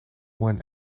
when